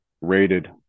rated